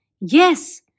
Yes